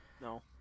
No